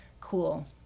cool